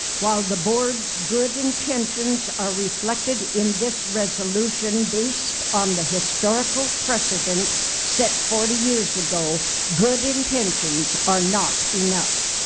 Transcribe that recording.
while the board's good intentions are reflected in this resolution based on the historical precedents set forty years ago good intentions are not enough.